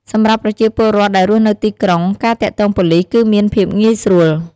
សម្រាប់ប្រជាពលរដ្ឋដែលរស់នៅទីក្រុង ការទាក់ទងប៉ូលិសគឺមានភាពងាយស្រួល។